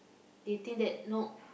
they think that no